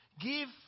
Give